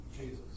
Jesus